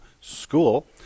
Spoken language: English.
school